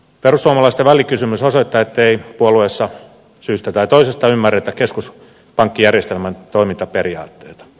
perussuomalaisten välikysymys osoittaa ettei puolueessa syystä tai toisesta ymmärretä keskuspankkijärjestelmän toimintaperiaatteita